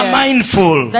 mindful